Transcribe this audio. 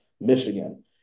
Michigan